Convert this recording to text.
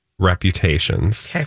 Reputations